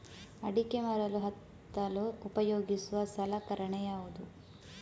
ಅಡಿಕೆ ಮರಕ್ಕೆ ಹತ್ತಲು ಉಪಯೋಗಿಸುವ ಸಲಕರಣೆ ಯಾವುದು?